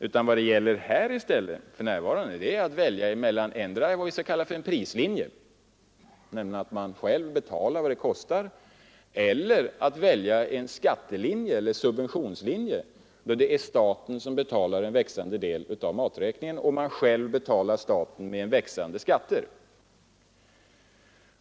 Nej, vad det för närvarande gäller är i stället att välja mellan vad vi kan kalla för en prislinje, innebärande att konsumenterna själva betalar vad det kostar, och en skattelinje eller subventionslinje, då staten betalar en växande del av maträkningen och man själv betalar staten genom växande skatter.